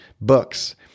books